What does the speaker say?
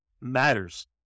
matters